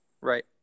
Right